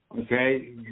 okay